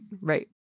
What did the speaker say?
right